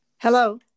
Hello